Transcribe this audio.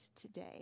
today